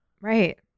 right